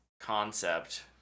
concept